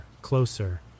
closer